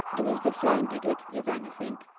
it was the flame did it, if anything.